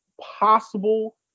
possible